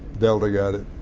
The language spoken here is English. delta got it,